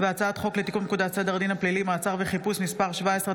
הצעת חוק לתיקון פקודת סדר הדין הפלילי (מעצר וחיפוש) (מס' 17),